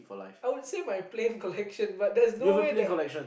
I would say my plane connection but there's no way that